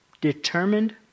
determined